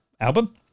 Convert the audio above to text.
album